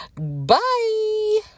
bye